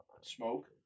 smoke